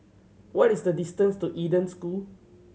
what is the distance to Eden School